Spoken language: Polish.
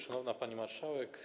Szanowna Pani Marszałek!